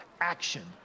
Action